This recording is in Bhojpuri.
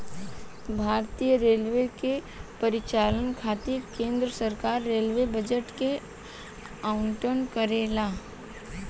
भारतीय रेलवे के परिचालन खातिर केंद्र सरकार रेलवे बजट के आवंटन करेला